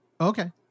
Okay